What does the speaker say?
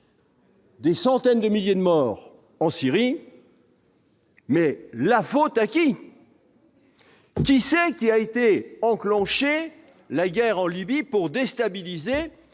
Des centaines de milliers de morts en Syrie. Mais la faute à qui. Tu sais qui a été enclenchée, la guerre en Libye pour déstabiliser